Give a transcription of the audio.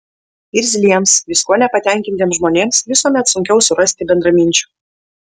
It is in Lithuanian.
irzliems viskuo nepatenkintiems žmonėms visuomet sunkiau surasti bendraminčių